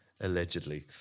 Allegedly